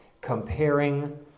Comparing